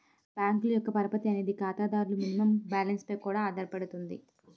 బ్యాంకుల యొక్క పరపతి అనేది ఖాతాదారుల మినిమం బ్యాలెన్స్ పై కూడా ఆధారపడుతుంది